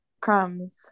crumbs